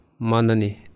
manani